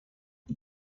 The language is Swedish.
jag